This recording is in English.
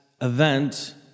event